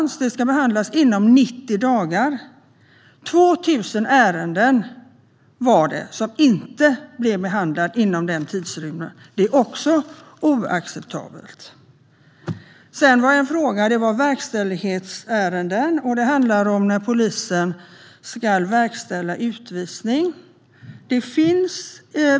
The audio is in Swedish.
Sådana ärenden ska behandlas inom 90 dagar, men 2 000 ärenden hade inte blivit behandlade inom denna tidsrymd. Detta är oacceptabelt. Vidare har vi frågan om verkställighetsärenden, som handlar om när polisen ska verkställa utvisning.